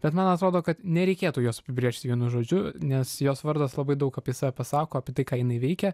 bet man atrodo kad nereikėtų jos apibrėžti vienu žodžiu nes jos vardas labai daug apie save pasako apie tai ką jinai veikia